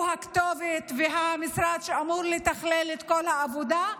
הכתובת והמשרד שאמור לתכלל את כל העבודה,